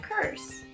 curse